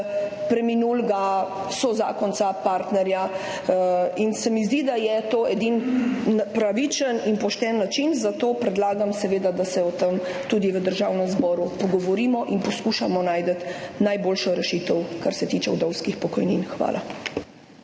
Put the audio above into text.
preminulega zakonca, partnerja. Zdi se mi, da je to edini pravičen in pošten način in zato predlagam, seveda, da se o tem tudi v Državnem zboru pogovorimo in poskušamo najti najboljšo rešitev, kar se tiče vdovskih pokojnin. Hvala.